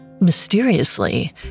Mysteriously